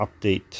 update